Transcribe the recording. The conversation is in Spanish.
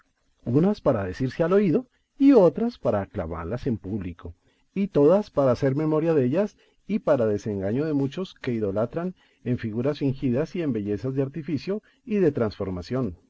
unas para decirse al oído y otras para aclamallas en público y todas para hacer memoria dellas y para desengaño de muchos que idolatran en figuras fingidas y en bellezas de artificio y de transformación